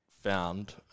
found